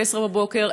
ב-10:00 בבוקר,